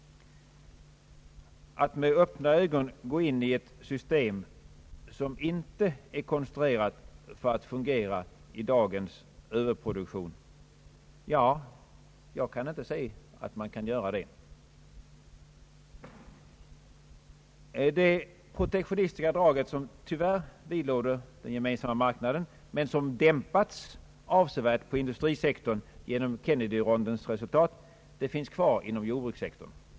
Att med öppna ögon gå in i ett system som inte är konstruerat för att fungera i dagens överproduktion — ja, jag kan inte se att man bör göra det. Det protektionistiska draget, som tyvärr vidlåder Den gemensamma marknaden men som dämpats avsevärt på industrisektorn genom Kennedyrondens resultat, finns kvar inom jordbrukssektorn.